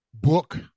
book